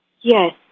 Yes